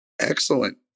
Excellent